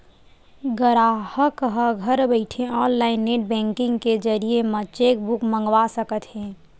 गराहक ह घर बइठे ऑनलाईन नेट बेंकिंग के जरिए म चेकबूक मंगवा सकत हे